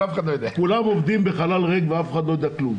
כולם עובדים בחלל ריק ואף אחד לא יודע כלום.